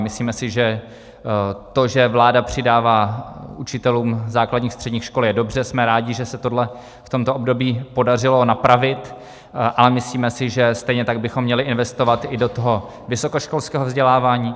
Myslíme si, že to, že vláda přidává učitelům základních a středních škol, je dobře, jsme rádi, že se tohle v tomto období podařilo napravit, ale myslíme si, že stejně tak bychom měli investovat i do toho vysokoškolského vzdělávání.